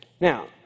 now